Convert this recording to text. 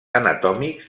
anatòmics